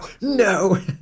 no